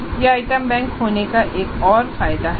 यह item bank होने का एक और फायदा होगा